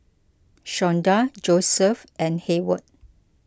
Shawnda Josef and Heyward